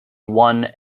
one